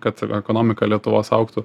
kad ekonomika lietuvos augtų